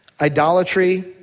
idolatry